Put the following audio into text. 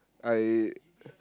I